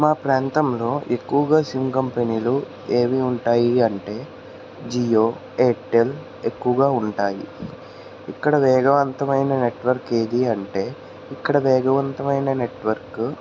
మా ప్రాంతంలో ఎక్కువగా సిమ్ కంపెనీలు ఏమి ఉంటాయి అంటే జియో ఎయిర్టెల్ ఎక్కువగా ఉంటాయి ఇక్కడ వేగవంతం అయిన నెట్వర్క్ ఏది అంటే ఇక్కడ వేగవంతమయిన నెట్వర్క్